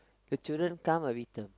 the children become whiter